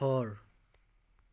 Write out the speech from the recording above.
ঘৰ